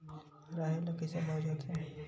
राहेर ल कइसे बोय जाथे?